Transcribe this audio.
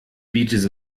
beaches